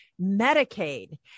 Medicaid